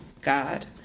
God